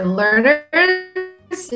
learners